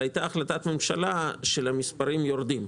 היתה החלטת ממשלה של מספרים יורדים.